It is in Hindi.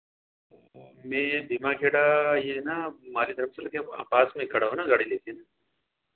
मैं भीमाखेडा ये ना हमारी तरफ़ से लगे हाँ पास में ही खड़ा हूँ ना गाड़ी लेकर